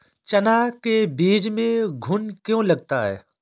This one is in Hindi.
चना के बीज में घुन क्यो लगता है?